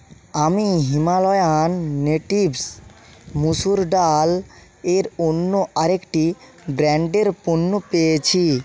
আমি Himalayan Natives মুসুর ডাল এর অন্য আরেকটি ব্র্যান্ডের পণ্য পেয়েছি